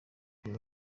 ibyo